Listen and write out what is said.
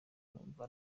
numva